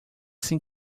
sem